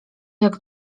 jak